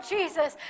Jesus